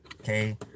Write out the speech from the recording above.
Okay